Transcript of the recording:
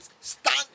stand